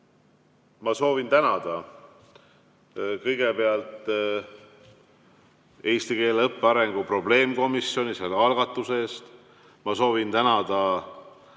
ma soovin tänada kõigepealt eesti keele õppe arengu probleemkomisjoni selle algatuse eest. Ma soovin tänada